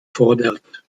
fordert